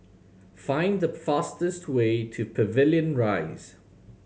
find the fastest way to Pavilion Rise